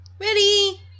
Ready